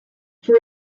for